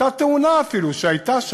אותה תאונה אפילו, שהייתה,